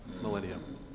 millennium